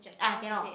ah cannot